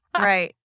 Right